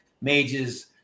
mages